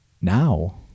now